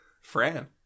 Fran